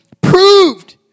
proved